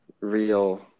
real